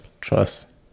Trust